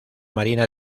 marina